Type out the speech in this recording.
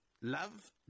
Love